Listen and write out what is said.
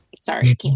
sorry